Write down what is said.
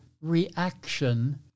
reaction